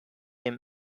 him